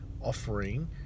offering